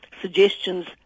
suggestions